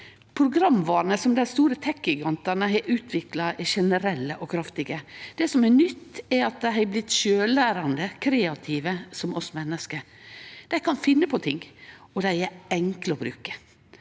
Programvarene som dei store tek-gigantane har utvikla, er generelle og kraftige. Det som er nytt, er at dei har blitt sjølvlærande og kreative, som oss menneske. Dei kan finne på ting, og dei er enkle å bruke.